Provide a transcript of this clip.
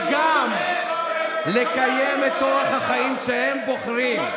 וגם לקיים את אורח החיים שהם בוחרים,